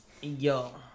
yo